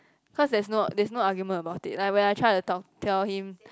cause there's no there's no argument about it like when I try to talk tell him